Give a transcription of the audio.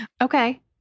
Okay